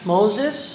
Moses